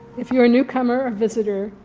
if you're a newcomer or visitor,